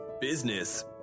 business